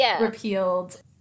repealed